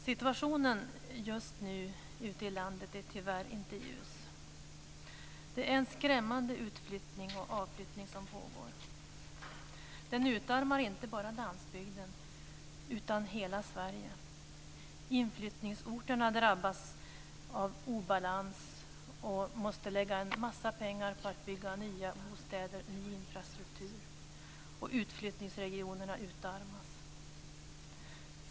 Fru talman! Situationen ute i landet just nu är tyvärr inte ljus. Det är en skrämmande utflyttning och avflyttning som pågår. Den utarmar inte bara landsbygden utan hela Sverige. Inflyttningsorterna drabbas av obalans och måste lägga en massa pengar på att bygga nya bostäder och ny infrastruktur och Utflyttningsregionerna utarmas.